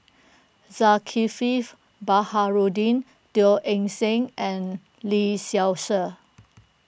Zulkifli Baharudin Teo Eng Seng and Lee Seow Ser